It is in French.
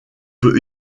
peut